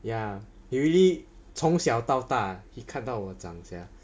ya it really 从小到大 he 看到我长 sia